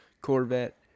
corvette